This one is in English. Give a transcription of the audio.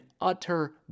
utter